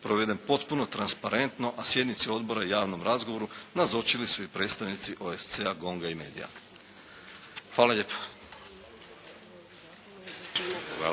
proveden potpuno transparentno a sjednici odbora i javnom razgovoru nazočili su i predstavnici OESCE-a, GONG-a i medija. Hvala lijepo.